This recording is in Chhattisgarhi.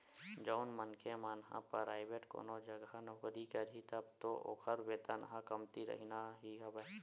जउन मनखे मन ह पराइवेंट कोनो जघा नौकरी करही तब तो ओखर वेतन ह कमती रहिना ही हवय